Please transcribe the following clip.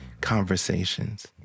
conversations